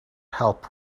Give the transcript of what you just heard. help